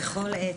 בכל עת.